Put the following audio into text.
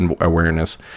awareness